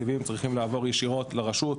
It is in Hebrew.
התקציבים צריכים לעבור ישירות לרשות,